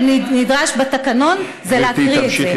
שנדרש בתקנון זה להקריא את זה.